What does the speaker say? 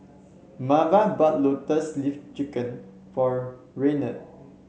Marva bought Lotus Leaf Chicken for Raynard